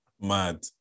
Mad